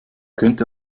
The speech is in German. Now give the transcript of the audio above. könnte